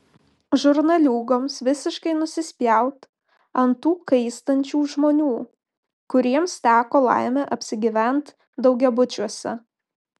žurnaliūgoms visiškai nusispjaut ant tų kaistančių žmonių kuriems teko laimė apsigyvent daugiabučiuose